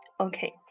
Okay